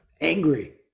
angry